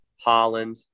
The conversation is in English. Holland